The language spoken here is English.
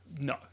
No